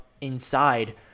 inside